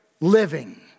living